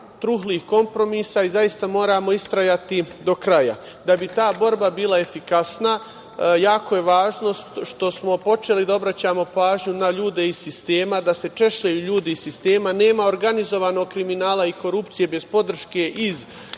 trulih kompromisa i zaista moramo istrajati do kraja da bi ta borba bila efikasna. Jako je važno što smo počeli da obraćamo pažnju na ljude iz sistema, da se češljaju ljudi iz sistema. Nema organizovanog kriminala i korupcije bez podrške iz sfere